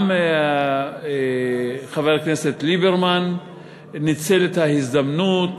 גם חבר הכנסת ליברמן ניצל את ההזדמנות,